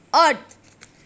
earth